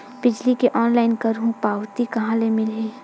बिजली के ऑनलाइन करहु पावती कहां ले मिलही?